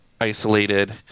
isolated